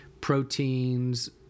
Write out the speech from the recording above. proteins